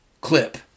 clip